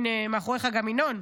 הינה, מאחוריך גם ינון,